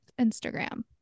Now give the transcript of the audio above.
Instagram